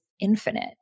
infinite